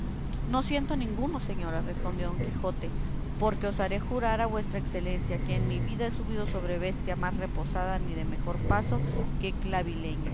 no siento ninguno señora respondió don quijote porque osaré jurar a vuestra excelencia que en mi vida he subido sobre bestia más reposada ni de mejor paso que